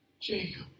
Jacob